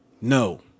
No